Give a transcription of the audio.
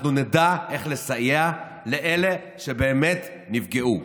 אנחנו נדע איך לסייע לאלה שבאמת נפגעו.